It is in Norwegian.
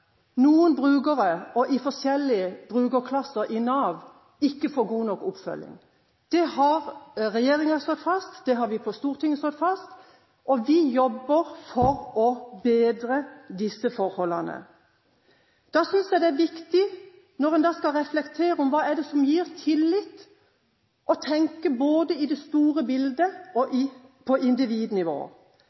noen brukere og i forskjellige brukerklasser i Nav ikke får god nok oppfølging. Det har regjeringen slått fast, det har vi på Stortinget slått fast, og vi jobber for å bedre disse forholdene. Da synes jeg det er viktig, når en skal reflektere over hva det er som gir tillit, å tenke både i det store bildet og på individnivå.